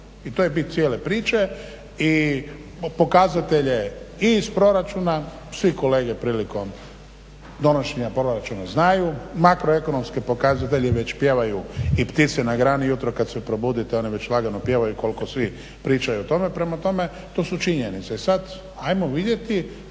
i to je bit cijele priče. I pokazatelje i iz proračuna svi kolege prilikom donošenja proračuna znaju, makroekonomski pokazatelji već pjevaju i ptice na grani ujutro kad se probudite one već lagano pjevaju koliko svi pričaju o tome. Prema tome to su činjenice i sad ajmo vidjeti